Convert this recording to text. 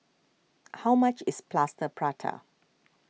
how much is Plaster Prata